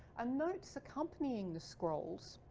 and notes accompanying the scrolls,